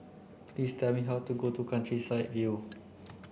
please tell me how to go to Countryside View